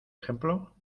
ejemplo